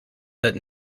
set